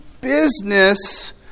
business